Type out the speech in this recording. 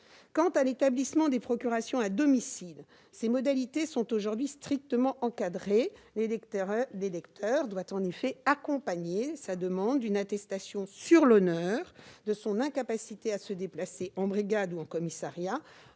liées à l'établissement des procurations à domicile sont aujourd'hui strictement encadrées. L'électeur doit en effet accompagner sa demande d'une attestation sur l'honneur de son incapacité à se déplacer dans une brigade de gendarmerie